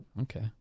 Okay